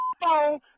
phone